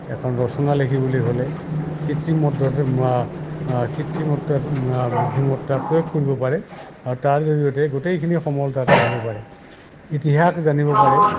এখন ৰচনা লিখিবলৈ হ'লে বুদ্ধিমত্তা প্ৰয়োগ কৰিব পাৰে আৰু তাৰ জৰিয়তে গোটেইখিনি সমল তাত আহিব পাৰে ইতিহাস জানিব পাৰে